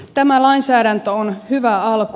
tämä lainsäädäntö on hyvä alku